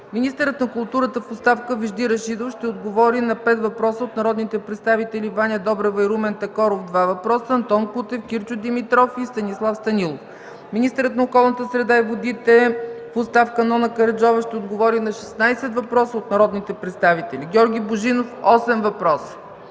Министърът на културата в оставка Вежди Рашидов ще отговори на пет въпроса от народните представители Ваня Добрева и Румен Такоров – два въпроса, Антон Кутев, Кирчо Димитров, и Станислав Станилов. Министърът на околната среда и водите в оставка Нона Караджова ще отговори на 16 въпроса от народните представители Георги Божинов - осем